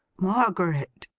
margaret